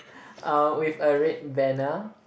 um with a red banner